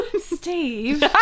Steve